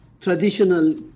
traditional